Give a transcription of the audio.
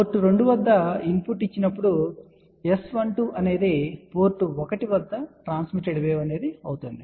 port 2 వద్ద input ఇచ్చినప్పుడు S12 అనేది పోర్ట్ 1 వద్ద ట్రాన్స్మిటెడ్ వేవ్ అవుతుంది